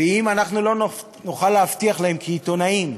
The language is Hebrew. ואם לא נוכל להבטיח להם, כעיתונאים,